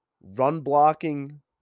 run-blocking